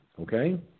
Okay